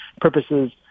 purposes